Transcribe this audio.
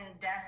death